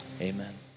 amen